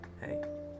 hey